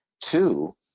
two